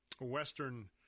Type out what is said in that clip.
Western